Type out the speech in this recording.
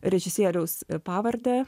režisieriaus pavardę